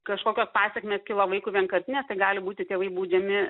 kažkokios pasekmės kilo vaikui vienkartinės tai gali būti tėvai baudžiami